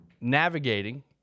navigating